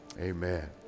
amen